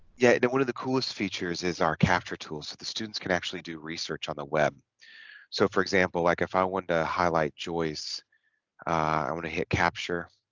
yeah one of the coolest features is our capture tool so the students can actually do research on the web so for example like if i wanted to highlight joyce i want to hit capture